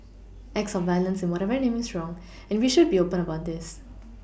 acts of violence in whatever name is wrong and we should be open about this